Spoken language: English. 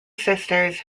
sisters